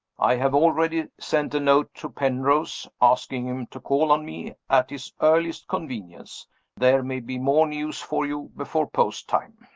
i have already sent a note to penrose, asking him to call on me at his earliest convenience. there may be more news for you before post time.